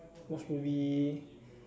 watch movie